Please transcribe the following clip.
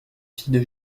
filles